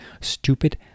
Stupid